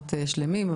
שבועות שלמים.